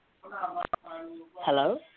Hello